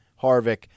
Harvick